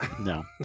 No